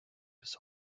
bis